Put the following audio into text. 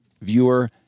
viewer